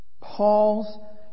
Paul's